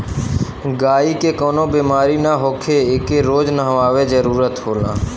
गायी के कवनो बेमारी ना होखे एके रोज नहवावे जरुरत होला